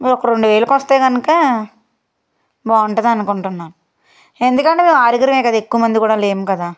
ఒక రెండువేలకు వస్తే కనుక బాగుంటుంది అనుకుంటున్నాను ఎందుకంటే మేము ఆరుగురు కదా ఎక్కువ మంది కూడా లేరు కదా